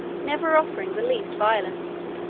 never offering the least violence.